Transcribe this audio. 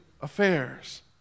affairs